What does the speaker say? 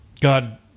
God